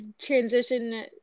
transition